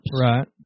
Right